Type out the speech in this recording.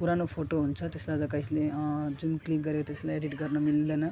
पुरानो फोटो हुन्छ त्यसलाई त कसले जुन क्लिक गरेको त्यसलाई एडिट गर्नु मिल्दैन